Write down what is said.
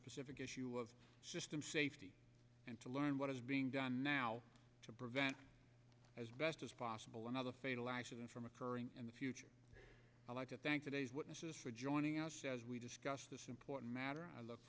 specific issue of safety and to learn what is being done now to prevent as best as possible another fatal accident from occurring in the future i'd like to thank today's witnesses for joining us as we discuss this important matter i look